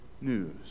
news